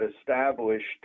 established